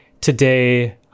today